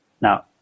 Now